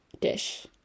dish